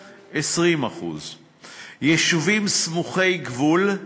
20%. יישובים סמוכי-גבול,